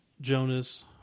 Jonas